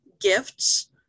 gifts